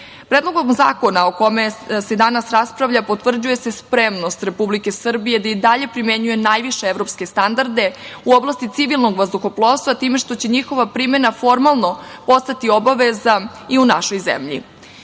napredak. Predlogom zakona o kome se danas raspravlja potvrđuje se spremnost Republike Srbije da i dalje primenjuje najviše evropske standarde u oblasti civilnog vazduhoplovstva time što će njihova primena formalno postati obaveza i u našoj zemlji.